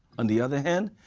on the other hand,